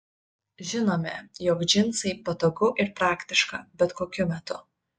žinome jog džinsai patogu ir praktiška bet kokiu metu